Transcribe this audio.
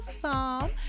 Psalm